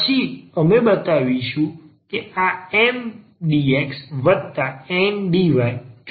પછી અમે બતાવીશું કે આ MdxNdyચોક્કસ છે